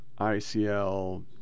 ICL